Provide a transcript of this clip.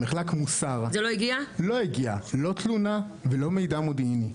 למחלק מוסר לא הגיעה לא תלונה ולא מידע מודיעיני.